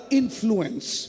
influence